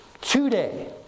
today